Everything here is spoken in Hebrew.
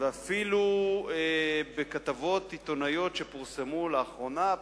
אפילו בכתבות עיתונאיות שפורסמו לאחרונה,